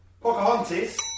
Pocahontas